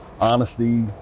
honesty